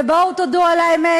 ובואו תודו על האמת,